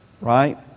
right